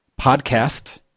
podcast